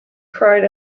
cried